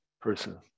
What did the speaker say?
person